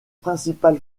principale